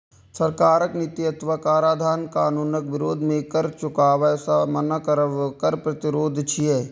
सरकारक नीति अथवा कराधान कानूनक विरोध मे कर चुकाबै सं मना करब कर प्रतिरोध छियै